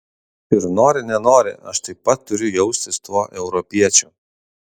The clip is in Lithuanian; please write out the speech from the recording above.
ir nori nenori aš taip pat turiu jaustis tuo europiečiu